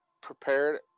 prepared